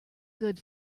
good